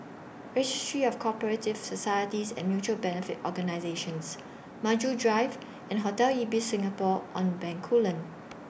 Registry of Co Operative Societies and Mutual Benefit Organisations Maju Drive and Hotel Ibis Singapore on Bencoolen